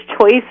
choice